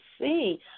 see